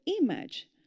image